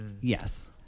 Yes